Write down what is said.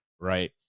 right